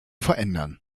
verändern